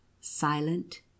Silent